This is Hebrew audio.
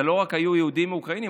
זה לא רק היו יהודים אוקראינים,